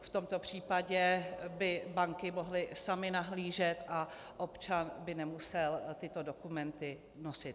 V tomto případě by banky mohly samy nahlížet a občan by nemusel tyto dokumenty nosit.